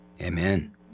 Amen